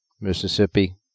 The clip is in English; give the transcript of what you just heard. Mississippi